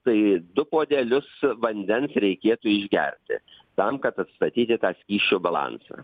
tai du puodelius vandens reikėtų išgerti tam kad atstatyti tą skysčių balansą